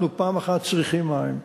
אנחנו, פעם אחת, צריכים מים,